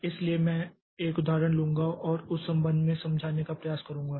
इसलिए मैं एक उदाहरण लूंगा और उस संबंध में समझाने का प्रयास करूंगा